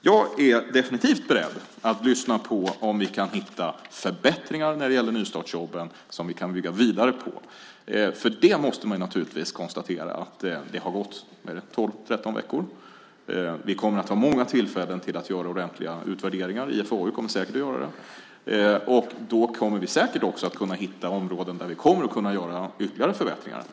Jag är definitivt beredd att lyssna på om det går att göra förbättringar när det gäller nystartsjobben som vi kan bygga vidare på. Vi måste naturligtvis konstatera att det har gått tolv tretton veckor, och vi kommer att ha många tillfällen att göra ordentliga utvärderingar. IFAU kommer säkert att göra det. Då kommer vi säkert att hitta områden där vi kommer att kunna göra ytterligare förbättringar.